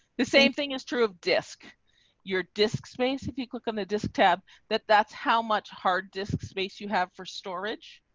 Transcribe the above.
the same thing is true of disk your disk space. if you click on the tab that that's how much hard disk space you have for storage.